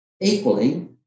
Equally